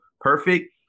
perfect